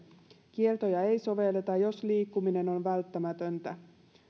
kieltoja ei sovelleta jos liikkuminen on välttämätöntä